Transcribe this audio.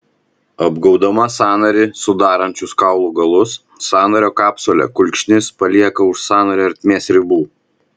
apgaubdama sąnarį sudarančius kaulų galus sąnario kapsulė kulkšnis palieka už sąnario ertmės ribų